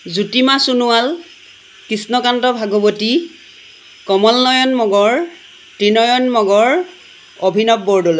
Jyotima Sonowal Krishnakanta Bhagawati Kamalnayan Magar Trinayan Magar Abhinav Bordoloi